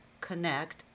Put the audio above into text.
connect